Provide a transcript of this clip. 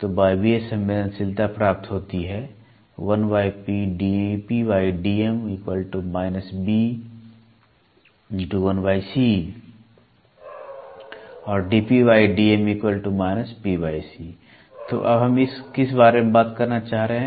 तो वायवीय संवेदनशीलता प्राप्त होती है तो अब हम किस बारे में बात करना चाह रहे हैं